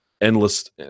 endless